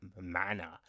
manner